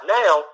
now